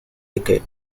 decade